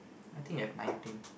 I think we have nineteen